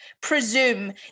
presume